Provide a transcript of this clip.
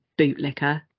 bootlicker